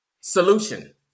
Solution